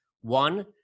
one